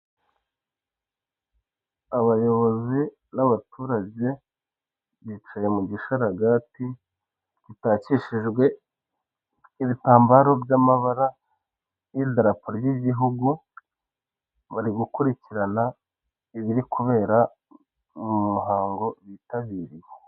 Abayobozi n'abaturage bicaye mu gisharagati gitakishijwe ibitamabro by'amabara y'idarapo ry'igihugu, bari gukurikirana ibiri kubera mu muhango bitabiriye.